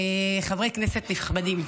חברי כנסת נכבדים,